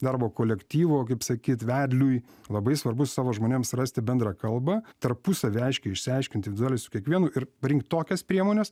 darbo kolektyvo kaip sakyt vedliui labai svarbu su savo žmonėms rasti bendrą kalbą tarpusavy aiškiai išsiaiškint individualiai su kiekvienu ir parinkt tokias priemones